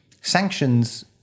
sanctions